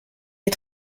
les